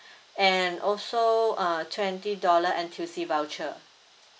and also uh twenty dollar N_T_U_C voucher